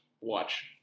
watch